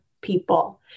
people